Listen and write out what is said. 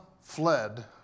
fled